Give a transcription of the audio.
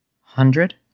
Hundred